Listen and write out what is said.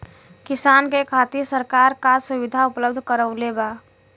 किसान के खातिर सरकार का सुविधा उपलब्ध करवले बा?